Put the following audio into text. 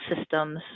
systems